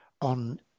on